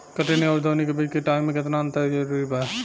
कटनी आउर दऊनी के बीच के टाइम मे केतना अंतर जरूरी बा?